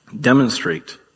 Demonstrate